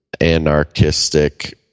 anarchistic